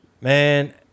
Man